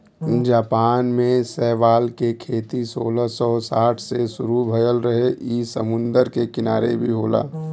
Japan में शैवाल के खेती सोलह सौ साठ से शुरू भयल रहे इ समुंदर के किनारे भी होला